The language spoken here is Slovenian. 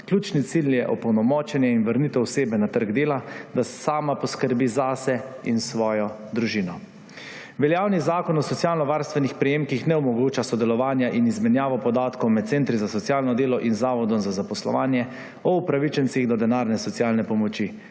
Ključni cilj je opolnomočenje in vrnitev osebe na trg dela, da sama poskrbi zase in svojo družino. Veljavni Zakon o socialno varstvenih prejemkih ne omogoča sodelovanja in izmenjave podatkov med centri za socialno delo in zavodom za zaposlovanje o upravičencih do denarne socialne pomoči,